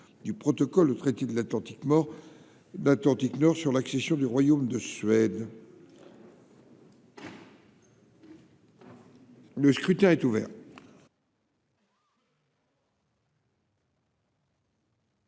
du protocole au traité de l'Atlantique, mort d'Atlantique nord sur l'accession du royaume de Suède. Le scrutin est ouvert.